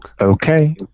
Okay